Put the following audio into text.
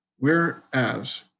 Whereas